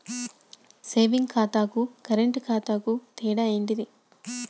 Saving ఖాతాకు current ఖాతాకు తేడా ఏంటిది?